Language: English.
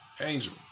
Angel